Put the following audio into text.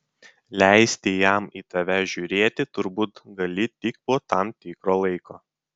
leisti jam į tave žiūrėti turbūt gali tik po tam tikro laiko